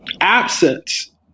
absence